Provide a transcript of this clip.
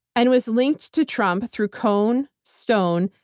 and was linked to trump through cohn, stone,